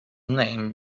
name